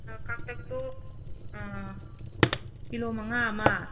ꯑꯥ ꯀꯥꯡꯇꯛꯇꯣ ꯀꯤꯂꯣ ꯃꯉꯥ ꯑꯃ